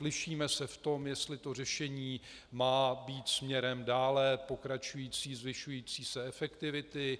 Lišíme se v tom, jestli řešení má být směrem dále pokračující, zvyšující se efektivity.